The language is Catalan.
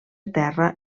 terra